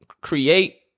Create